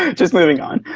just moving on.